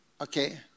okay